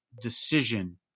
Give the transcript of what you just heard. decision